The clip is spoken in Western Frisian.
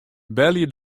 belje